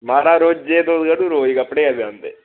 महाराज रोजै दे दो अरु रोज कपड़े औंदे